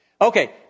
Okay